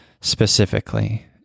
specifically